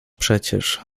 przecież